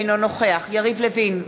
אינו נוכח יריב לוין,